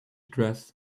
dress